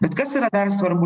bet kas yra svarbu